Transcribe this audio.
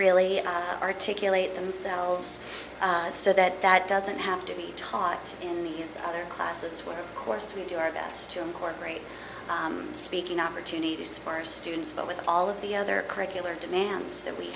really articulate themselves so that that doesn't have to be taught in the other classes where course we do our best to incorporate speaking opportunities for students but with all of the other curricular demands that we